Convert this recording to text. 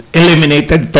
eliminated